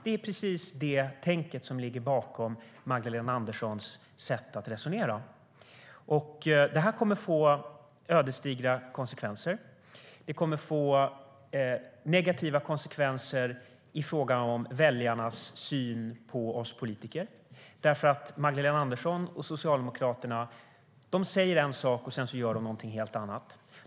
Det är precis det tänket som ligger bakom Magdalena Anderssons sätt att resonera, och det kommer att få ödesdigra konsekvenser. Det kommer att få negativa konsekvenser på väljarnas syn på oss politiker eftersom Magdalena Andersson och Socialdemokraterna säger en sak och sedan gör någonting helt annat.